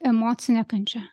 emocinė kančia